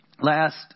last